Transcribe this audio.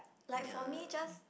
like for me just